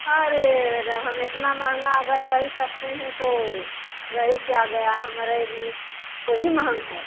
अरे रे रे हम इतना महंगा अगर पहिर सकते हैं तो रह ही क्या गया हमारे लिए वही महंग है